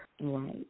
Right